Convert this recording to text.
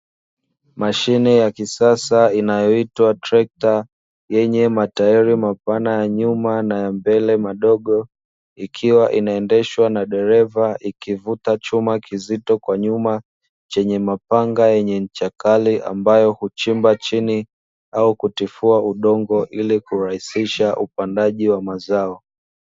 Mashine ya kisasa inayoitwa trekta yenye matairi mapana ya nyuma na ya mbele madogo, ikiwa inaendeshwa na dereva ikivuta chuma kizito kwa nyuma chenye mapanga yenye ncha kali, ambayo huchimba chini au kutifua udongo ili kurahisisha upandaji wa mazao.